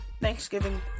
Thanksgiving